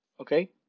Okay